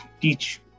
teach